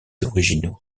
originaux